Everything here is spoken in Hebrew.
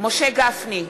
משה גפני,